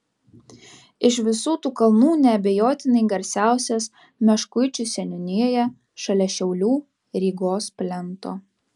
iš visų tų kalnų neabejotinai garsiausias meškuičių seniūnijoje šalia šiaulių rygos plento